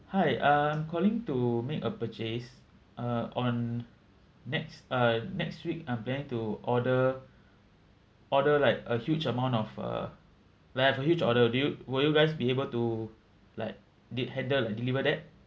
hi I'm calling to make a purchase uh on next uh next week I'm planning to order order like a huge amount of uh like have a huge order do you will you guys be able to like did handle like deliver that